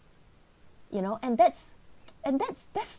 you know and that's and that's that's